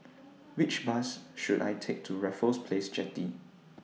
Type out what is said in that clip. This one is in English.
Which Bus should I Take to Raffles Place Jetty